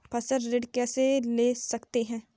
फसल ऋण कैसे ले सकते हैं?